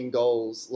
goals